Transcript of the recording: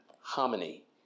harmony